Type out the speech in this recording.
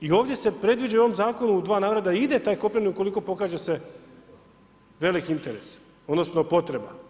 I ovdje se predviđa u ovom Zakonu u dva navrata da ide taj kopneni ukoliko pokaže se velik interes odnosno potreba.